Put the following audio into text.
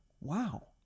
wow